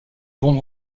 bon